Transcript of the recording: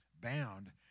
bound